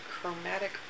Chromatic